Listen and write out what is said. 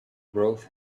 brought